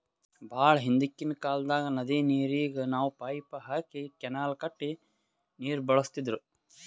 ಭಾಳ್ ಹಿಂದ್ಕಿನ್ ಕಾಲ್ದಾಗ್ ನದಿ ನೀರಿಗ್ ನಾವ್ ಪೈಪ್ ಹಾಕಿ ಕೆನಾಲ್ ಕಟ್ಟಿ ನೀರ್ ಬಳಸ್ತಿದ್ರು